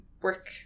work